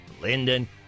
Linden